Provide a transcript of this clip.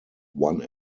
one